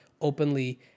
openly